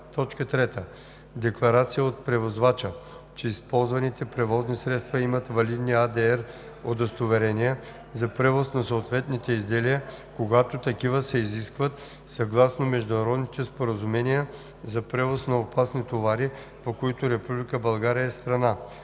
така: „3. декларация от превозвача, че използваните превозни средства имат валидни ADR удостоверения за превоз на съответните изделия, когато такива се изискват съгласно международните споразумения за превоз на опасни товари, по които Република България е страна;“.